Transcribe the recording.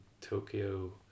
Tokyo